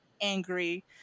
angry